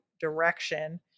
direction